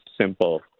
simple